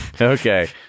Okay